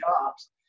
jobs